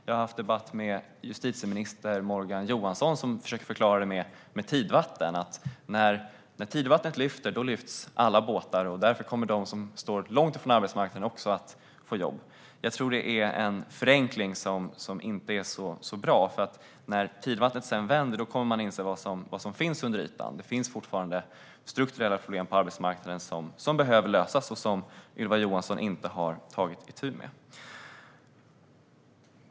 Jag har haft debatt med justitieminister Morgan Johansson, som försökte förklara det med tidvatten: När tidvattnet lyfter lyfts alla båtar, och därför kommer även de som står långt ifrån arbetsmarknaden att få jobb. Själv tror jag att det är en förenkling som inte är så bra, för när tidvattnet sedan vänder kommer man att inse vad som finns under ytan, nämligen strukturella problem på arbetsmarknaden som behöver lösas och som Ylva Johansson inte har tagit itu med.